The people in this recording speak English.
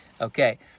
okay